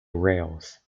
rails